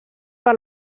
per